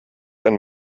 ein